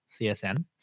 CSN